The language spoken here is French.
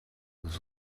aux